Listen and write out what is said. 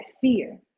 fear